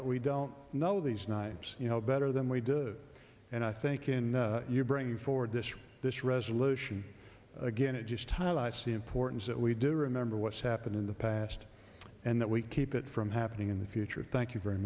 that we don't know these knives you know better than we do and i think in your bringing forward this this resolution again it just highlights the importance that we do remember what's happened in the past and that we keep it from happening in the future thank you very